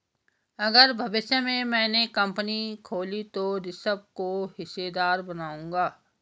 अगर भविष्य में मैने अपनी कंपनी खोली तो ऋषभ को हिस्सेदार बनाऊंगा